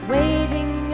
Waiting